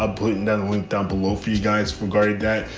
a blink nother one down below for you guys from guard that.